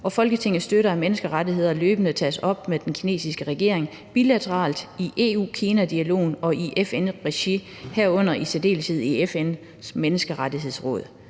Folketinget støtter, at menneskerettigheder løbende tages op med den kinesiske regering bilateralt, i EU-Kina-dialogen og i FN-regi, herunder i særdeleshed i FN's Menneskerettighedsråd.